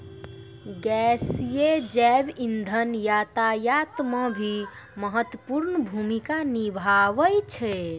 गैसीय जैव इंधन यातायात म भी महत्वपूर्ण भूमिका निभावै छै